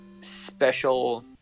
special